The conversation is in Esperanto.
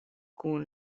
kun